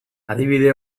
adibide